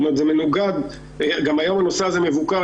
הנושא הזה היום מבוקר.